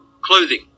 clothing